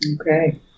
Okay